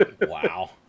Wow